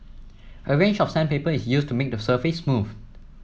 a range of sandpaper is used to make the surface smooth